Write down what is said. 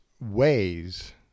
ways